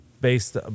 based